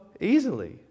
easily